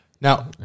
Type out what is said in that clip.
Now